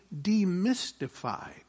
demystified